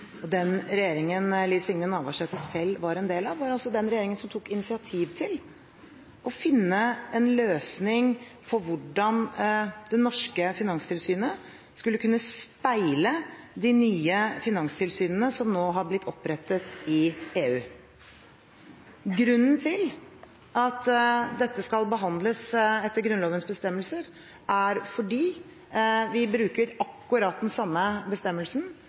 Den regjeringen Liv Signe Navarsete selv var en del av, var den regjeringen som tok initiativ til å finne en løsning for hvordan det norske finanstilsynet skulle kunne speile de nye finanstilsynene som nå har blitt opprettet i EU. Grunnen til at dette skal behandles etter Grunnlovens bestemmelser, er at vi bruker akkurat den samme bestemmelsen